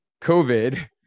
COVID